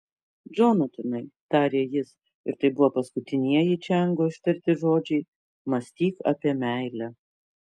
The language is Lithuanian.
džonatanai tarė jis ir tai buvo paskutinieji čiango ištarti žodžiai mąstyk apie meilę